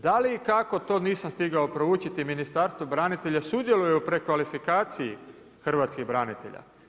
Da li i kako to, nisam stigao proučiti, Ministarstvo branitelja sudjeluje u prekvalifikaciji hrvatskih branitelja?